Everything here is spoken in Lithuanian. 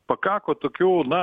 pakako tokių na